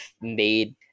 made